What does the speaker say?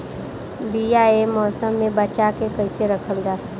बीया ए मौसम में बचा के कइसे रखल जा?